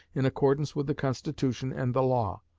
in accordance with the constitution and the law.